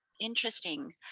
interesting